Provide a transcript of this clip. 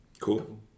Cool